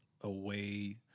away –